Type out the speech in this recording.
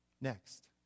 Next